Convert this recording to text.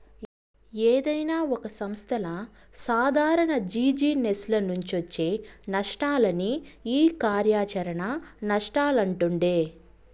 ఏదైనా ఒక సంస్థల సాదారణ జిజినెస్ల నుంచొచ్చే నష్టాలనే ఈ కార్యాచరణ నష్టాలంటుండె